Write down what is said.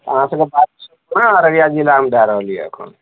अहाँ सबके बात कहाँ अररिया जिलामे दए रहल यऽ अखन